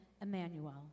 Emmanuel